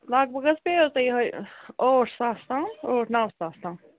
لگ بگ حظ پیٚوٕ تۅہہِ یِہےَ ٲٹھ ساس تام ٲٹھ نَو ساس تام